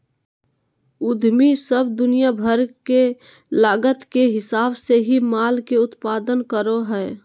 उद्यमी सब दुनिया भर के लागत के हिसाब से ही माल के उत्पादन करो हय